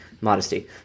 modesty